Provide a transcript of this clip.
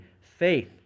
faith